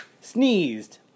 sneezed